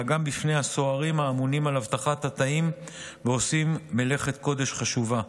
אלא גם בפני הסוהרים האמונים על אבטחת התאים ועושים מלאכת קודש חשובה.